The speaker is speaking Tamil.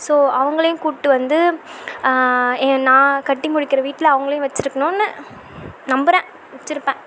ஸோ அவங்களையும் கூட்டி வந்து ஏ நான் கட்டிமுடிக்கிற வீட்டில் அவங்களையும் வச்சிருக்கணுன்னு நம்புகிறேன் வச்சுருப்பேன்